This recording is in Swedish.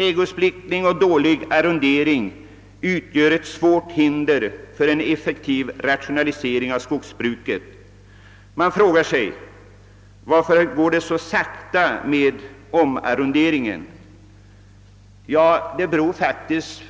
Ägosplittring och dålig arrondering utgör ett svårt hinder för en effektiv rationalisering av skogsbruket. Man frågar sig varför det går så sakta med omarronderingen. Vi måste enligt